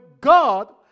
God